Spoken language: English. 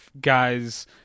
guys